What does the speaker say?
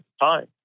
time